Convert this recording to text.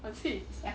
我去加